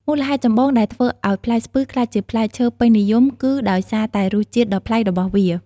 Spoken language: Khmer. មូលហេតុចម្បងដែលធ្វើឱ្យផ្លែស្ពឺក្លាយជាផ្លែឈើពេញនិយមគឺដោយសារតែរសជាតិដ៏ប្លែករបស់វា។